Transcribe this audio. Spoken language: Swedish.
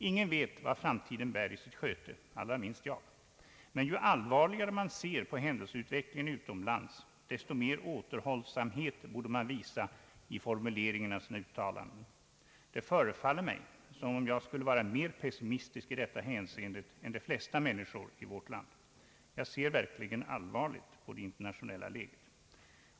Ingen vet vad framtiden bär i sitt sköte, allra minst jag, men ju allvarligare man ser på händelseutvecklingen utomlands, desto mera återhållsamhet borde man visa i formuleringen av sina uttalanden. Det förefaller mig som om jag skulle vara mera pessimistisk i detta hänseende än de flesta andra människor i vårt land. Jag ser verkligen allvarligt på det internationella läget.